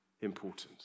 important